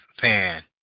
fan